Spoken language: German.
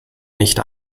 nicht